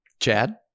Chad